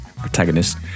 protagonist